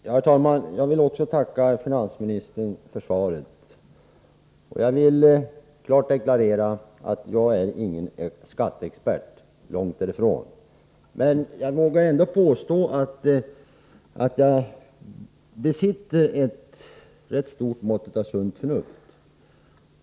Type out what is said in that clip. Herr talman! Jag vill också tacka finansministern för svaret. Jag vill klart deklarera att jag inte är någon skatteexpert, långt därifrån. Men jag vågar ändå påstå att jag besitter ett rätt stort mått av sunt förnuft.